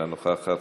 אינה נוכחת,